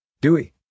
Dewey